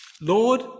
Lord